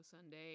sunday